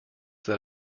that